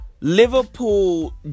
Liverpool